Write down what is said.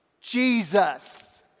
Jesus